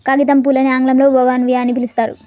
కాగితంపూలని ఆంగ్లంలో బోగాన్విల్లియ అని పిలుస్తారు